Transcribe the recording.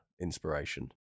inspiration